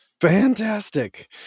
Fantastic